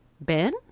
Ben